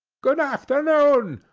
good afternoon!